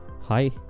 hi